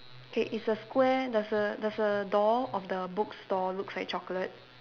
okay is a square does the does the door of the bookstore looks like chocolate